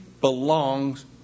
belongs